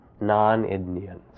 non-Indians